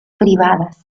privadas